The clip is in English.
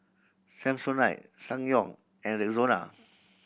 Samsonite Ssangyong and Rexona